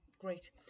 great